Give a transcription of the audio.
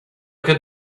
could